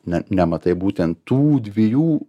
ne nematai būtent tų dviejų